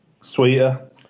Sweeter